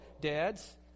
dads